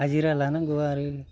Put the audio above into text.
हाजिरा लानांगौ आरो